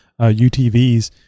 UTVs